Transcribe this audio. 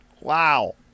Wow